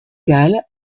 galles